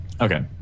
Okay